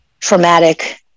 traumatic